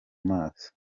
maso